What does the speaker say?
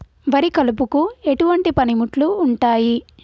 వరి కలుపుకు ఎటువంటి పనిముట్లు ఉంటాయి?